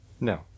No